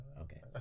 okay